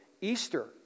Easter